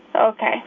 Okay